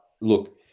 look